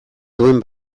duen